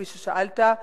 כפי ששאלת,